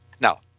Now